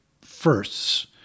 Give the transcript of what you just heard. firsts